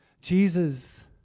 jesus